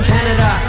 Canada